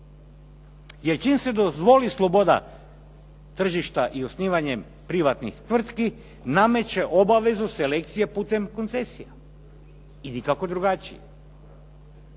Jer čim se dozvoli sloboda tržišta i osnivanjem privatnih tvrtki, nameće obaveze selekcije putem koncesija i nikako drugačije.